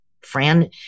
Fran